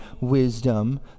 wisdom